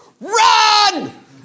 run